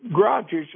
garages